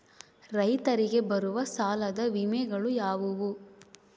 ರೈತರಿಗೆ ಬರುವ ಸಾಲದ ವಿಮೆಗಳು ಯಾವುವು?